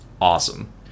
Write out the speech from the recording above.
awesome